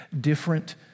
different